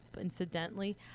incidentally